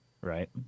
right